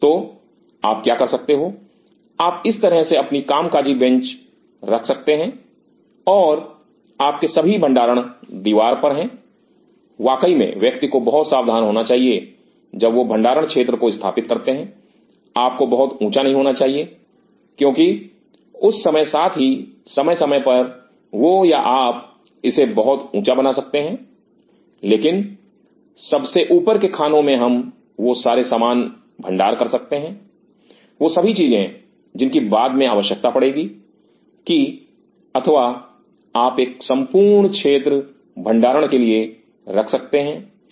तो आप क्या कर सकते हो आप इस तरह से अपनी कामकाजी बेंच रख सकते हैं और आपके सभी भंडारण दीवार पर हैं वाकई में व्यक्ति को बहुत सावधान होना चाहिए जब वह भंडारण क्षेत्र को स्थापित करते हैं आपको बहुत ऊंचा नहीं होना चाहिए क्योंकि उस समय साथ ही समय समय पर वह या आप इसे बहुत ऊंचा बना सकते हैं लेकिन सबसे ऊपर के खानों में हम वो सारे सामान भंडार कर सकते हैं वह सभी चीजें जिनकी बाद में आवश्यकता पड़ेगी कि अथवा आप एक संपूर्ण क्षेत्र भंडारण के लिए रख सकते हैं ठीक